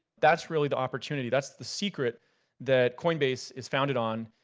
that's really the opportunity. that's the secret that coinbase is founded on,